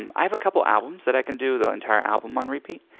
and i have a couple albums that i can do the entire album on repeat.